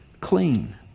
clean